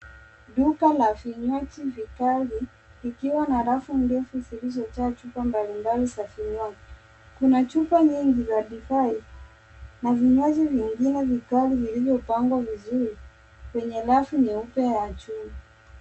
Duka la vinywaji vikali likiawa na rafu ndefu zilizojaa chupa mbalimbali za vinywaji. Kuna chupa nyingi za divai na vinywaji vingine vikali vilivyopangwa vizuri kwenye rafu nyeupe ya chuma.